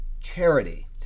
charity